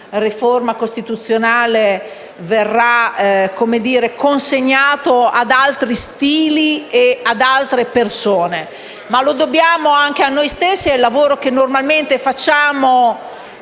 riforma costituzionale, verrà consegnato ad altri stili e ad altre persone, lo dobbiamo anche a noi stessi e al lavoro che normalmente facciamo